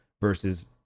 versus